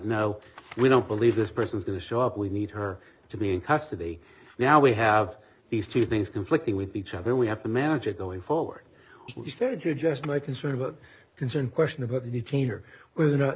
no we don't believe this person is going to show up we need her to be in custody now we have these two things conflicting with each other we have to manage it going forward she said you just my concern about concern question about any change or w